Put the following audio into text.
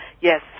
yes